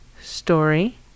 story